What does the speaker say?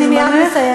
אני מייד מסיימת.